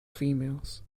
females